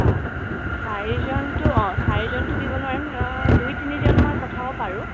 অঁ চাৰিজনটো অঁ চাৰিজনটো দিব নোৱাৰিম দুই তিনিজন মই পঠাব পাৰোঁ